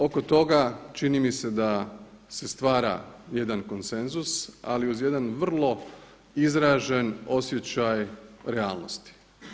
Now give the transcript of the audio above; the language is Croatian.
Oko toga čini mi se da se stvara jedan konsenzus, ali uz jedan vrlo izražen osjećaj realnosti.